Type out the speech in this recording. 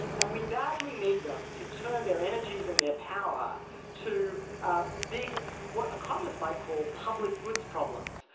and we badly need them to turn their energies and their power to big, what economists might call public goods problems,